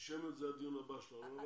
אנטישמיות זה הדיון הבא שלנו.